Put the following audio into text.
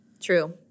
True